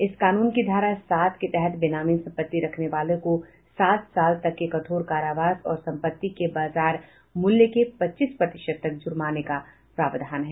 इस कानून की धारा सात के तहत बेनामी संपत्ति रखने वालों को सात साल तक के कठोर कारावास और संपत्ति के बाजार मूल्य के पच्चीस प्रतिशत तक जुर्माने तक का प्रावधान है